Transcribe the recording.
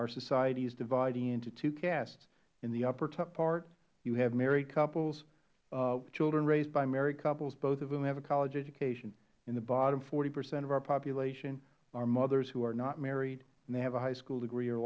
our society is dividing into two castes in the upper part you have married couples children raised by married couples both of whom have a college education in the bottom forty percent of our population is mothers who are not married and have a high school degree or